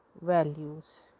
values